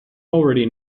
already